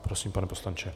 Prosím, pane poslanče.